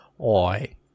Oi